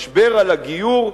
משבר על הגיור,